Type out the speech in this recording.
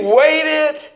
waited